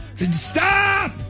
Stop